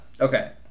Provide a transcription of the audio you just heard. Okay